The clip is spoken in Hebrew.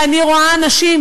ואני רואה אנשים.